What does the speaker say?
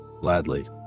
Gladly